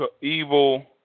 evil